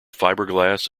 fiberglass